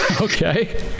Okay